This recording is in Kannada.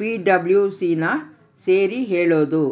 ಪಿಡಬ್ಲ್ಯೂಸಿನ ಸೇರಿ ಹೇಳದು